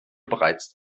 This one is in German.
bereits